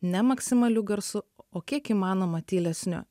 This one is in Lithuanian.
ne maksimaliu garsu o kiek įmanoma tylesniu